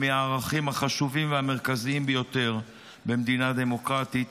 מהערכים החשובים והמרכזיים ביותר במדינה דמוקרטית,